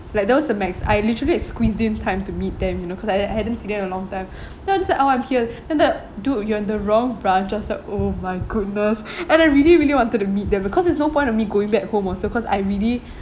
like that was the max I literally had squeezed in time to meet them you know because I hadn't seen them in a long time then I was just like oh I'm here then the dude you're in the wrong branch I was like oh my goodness and I really really wanted to meet them because there's no point of me going back home also cause I already